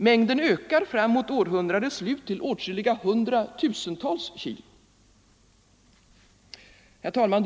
Mängden ökar fram mot århundradets slut till åtskilliga 100 000-tals kilo. Herr talman!